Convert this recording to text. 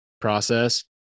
process